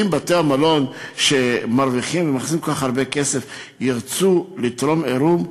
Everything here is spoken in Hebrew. אם בתי-המלון שמרוויחים ומכניסים כל כך הרבה כסף ירצו לתרום עירוב,